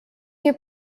que